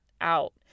out